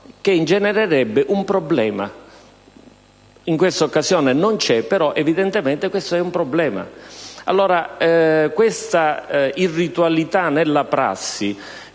che ingenererebbe un problema; non in questa occasione, però evidentemente questo è un problema. Allora, questa irritualità nella prassi